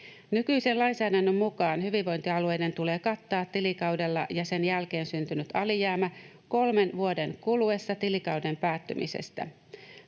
Nykyisen lainsäädännön mukaan hyvinvointialueiden tulee kattaa tilikaudella ja sen jälkeen syntynyt alijäämä kolmen vuoden kuluessa tilikauden päättymisestä.